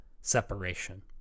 separation